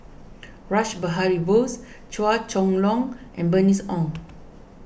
Rash Behari Bose Chua Chong Long and Bernice Ong